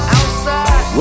outside